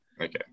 okay